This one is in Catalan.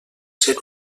ser